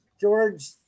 George